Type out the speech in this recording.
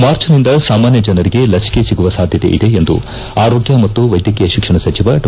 March ನಿಂದ ಸಾಮಾನ್ಯ ಜನರಿಗೆ ಲಸಿಕೆ ಸಿಗುವ ಸಾಧ್ಯತೆ ಇದೆ ಎಂದು ಆರೋಗ್ಯ ಮತ್ತು ವೈದ್ಯಕೀಯ ಶಿಕ್ಷಣ ಸಚಿವ ಡಾ